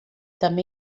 també